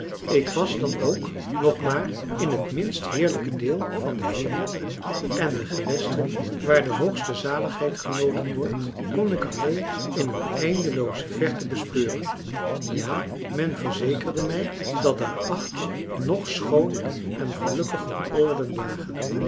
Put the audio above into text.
ik was dan ook nog maar in het minst heerlijke deel van den hemel en de gewesten waar de hoogste zaligheid genoten wordt kon ik alleen in een eindelooze verte bespeuren ja men verzekerde mij dat daarachter ng schooner en gelukkiger oorden lagen